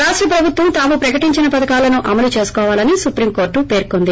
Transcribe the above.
రాష్ట ప్రభుత్వం తాము ప్రకటించిన పధకాలను అమలు చేసుకోవాలని సుప్రీం కోర్లు పేర్చొంది